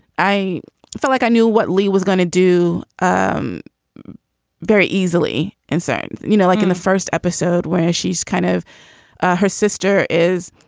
i feel like i knew what lee was going to do um very easily and saying you know like in the first episode where she's kind of her sister is